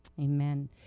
Amen